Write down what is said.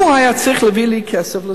הוא היה צריך להביא לי כסף לזה,